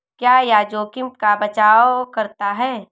क्या यह जोखिम का बचाओ करता है?